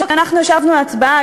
כשאנחנו ישבנו להצבעה,